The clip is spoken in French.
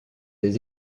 des